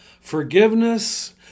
Forgiveness